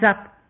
up